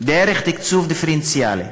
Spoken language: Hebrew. דרך תקצוב דיפרנציאלי,